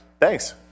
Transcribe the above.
Thanks